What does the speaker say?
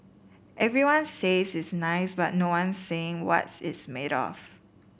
everyone says it's nice but no one's saying what's it's made of